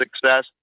success